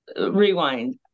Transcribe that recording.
rewind